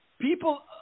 people